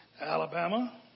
Alabama